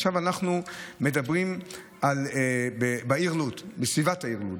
עכשיו אנחנו מדברים על סביבת העיר לוד.